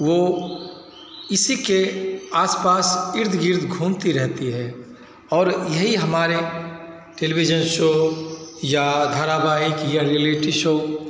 वो इसके आसपास इर्द गिर्ध घूमती रहती है और यही हमारे टेलिभिज़न शो या धारावाहिक या रीऐलिटी शो